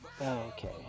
Okay